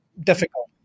difficult